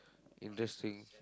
interesting